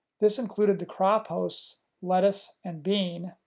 this included the crop hosts lettuce and bean,